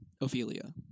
Ophelia